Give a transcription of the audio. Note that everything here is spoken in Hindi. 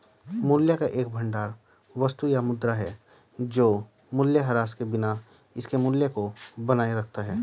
मूल्य का एक भंडार वस्तु या मुद्रा है जो मूल्यह्रास के बिना इसके मूल्य को बनाए रखता है